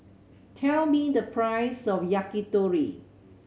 tell me the price of Yakitori